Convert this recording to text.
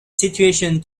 situation